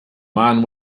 man